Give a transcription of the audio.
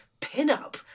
pinup